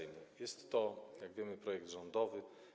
Jest to, jak wiemy, projekt rządowy.